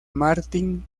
martin